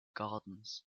gardens